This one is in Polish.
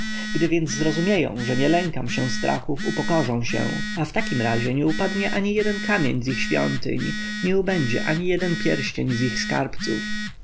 więc zrozumieją że nie lękam się strachów upokorzą się a w takim razie nie upadnie ani jeden kamień z ich świątyń nie ubędzie ani jeden pierścień z ich skarbców